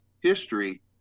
history